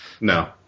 No